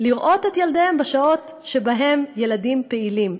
לראות את ילדיהם בשעות שבהן ילדים פעילים,